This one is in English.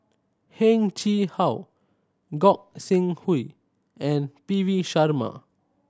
Heng Chee How Gog Sing Hooi and P V Sharma